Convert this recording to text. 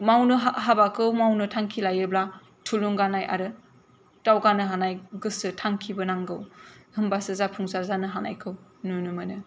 मावनो हाबाखौ मावनो थांखि लायोब्ला थुलुंगानाय आरो दावगानो हानाय गोसो थांखिबो नांगौ होनबासो जाफुंसार जानो हानायखौ नुनो मोनो